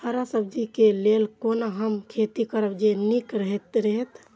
हरा सब्जी के लेल कोना हम खेती करब जे नीक रहैत?